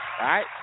right